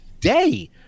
Day